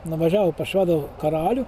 nuvažiavo pas švedų karalių